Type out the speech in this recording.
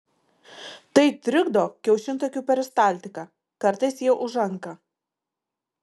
tai trikdo kiaušintakių peristaltiką kartais jie užanka